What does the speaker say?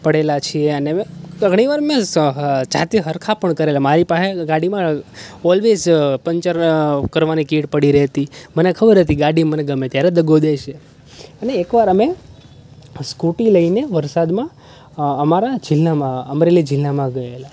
પડેલા છીએ ને અમે ઘણીવાર મેં જાતે સરખા પણ કરેલાં મારી પાસે ગાડીમાં ઓલ્વેજ પંચર કરવાની કિટ પડી રહેતી મને ખબર હતી ગાડી મને ગમે ત્યારે દગો દેશે અને એકવાર અમે સ્કૂટી લઈને વરસાદમાં અમારા જિલ્લામાં અમરેલી જિલ્લામાં ગયેલા હતા